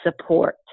support